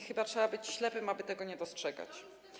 Chyba trzeba być ślepym, aby tego nie dostrzegać.